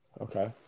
Okay